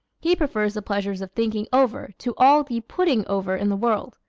he prefers the pleasures of thinking over to all the putting over in the world.